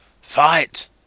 Fight